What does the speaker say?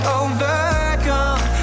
overcome